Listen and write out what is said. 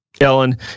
Ellen